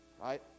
right